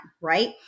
right